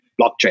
blockchain